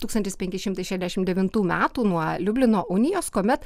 tūkstantis penki šimtai šešiasdešimt devintų metų nuo liublino unijos kuomet